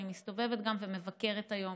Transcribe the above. ואני גם מסתובבת ומבקרת היום,